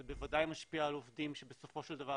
זה בוודאי משפיע על עובדים שבסופו של דבר,